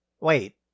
Wait